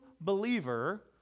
believer